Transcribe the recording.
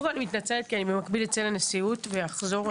אני מתנצלת כי אני במקביל אצא לנשיאות ואחזור,